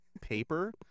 paper